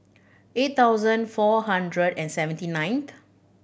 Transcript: eight thousand four hundred and seventy ninth